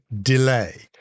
delay